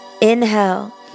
Inhale